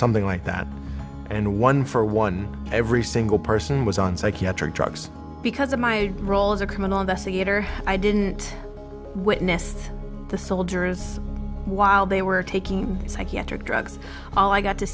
something like that and one for one every single person was on psychiatric drugs because of my role as a criminal investigator i didn't witness the soldiers while they were taking psychiatric drugs all i got to